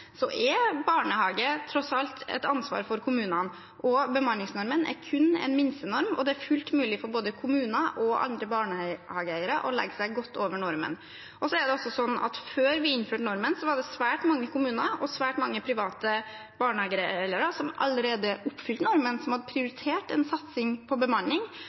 så er barnehagene tross alt et ansvar for kommunene. Bemanningsnormen er kun en minstenorm, og det er fullt mulig for både kommuner og andre barnehageeiere å legge seg godt over normen. Før vi innførte normen, var det svært mange kommuner og svært mange private barnehageeiere som allerede oppfylte normen, som hadde prioritert en satsing på bemanning.